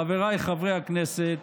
חבריי חברי הכנסת,